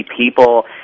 people